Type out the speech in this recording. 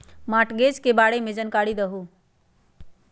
Mortgage के बारे में जानकारी देहु?